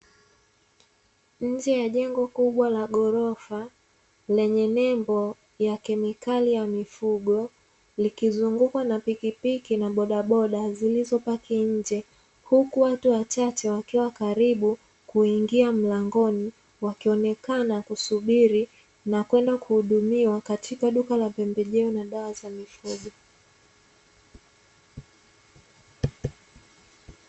Nje ya jengo kubwa la ghorofa, lenye nembo ya kemikali ya mifugo, likizungukwa na pikipiki na bodaboda zilizopaki nje, huku watu wachache wakiwa karibu kuingia mlangoni, wakionekana kusubiri na kwenda kuhudumiwa katika duka la pembejeo na dawa za mifugo.